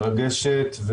מרגשת,